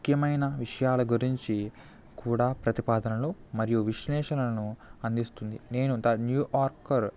ముఖ్యమైన విషయాల గురించి కూడా ప్రతిపాదనలు మరియు విశ్లేషణలను అందిస్తుంది నేను ద న్యూయార్కర్